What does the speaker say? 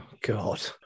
God